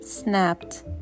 snapped